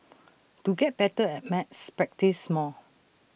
to get better at maths practise more